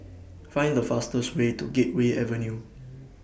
Find The fastest Way to Gateway Avenue